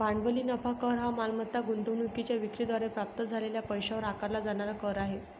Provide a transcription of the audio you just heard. भांडवली नफा कर हा मालमत्ता गुंतवणूकीच्या विक्री द्वारे प्राप्त झालेल्या पैशावर आकारला जाणारा कर आहे